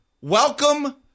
welcome